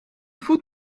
voet